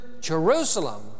Jerusalem